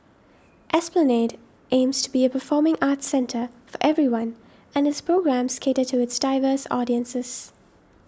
esplanade aims to be a performing arts centre for everyone and its programmes cater to its diverse audiences